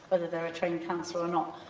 whether they're a trained counsellor or not,